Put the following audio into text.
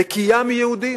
נקייה מיהודים.